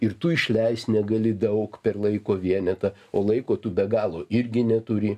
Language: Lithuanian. ir tu išleist negali daug per laiko vienetą o laiko tu be galo irgi neturi